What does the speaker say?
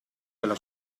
della